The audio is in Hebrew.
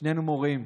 שנינו מורים.